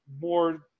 more